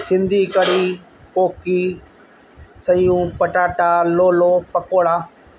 सिंधी कढ़ी कोकी सयूं पटाटा लोलो पकोड़ा